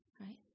right